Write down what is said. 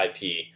IP